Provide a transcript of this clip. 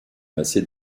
massé